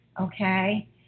okay